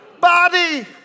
body